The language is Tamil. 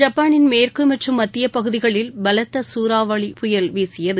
ஜப்பானின் மேற்கு மற்றும் மத்திய பகுதிகளில் பலத்த சூறாவளி புயல் வீசியது